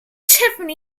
sister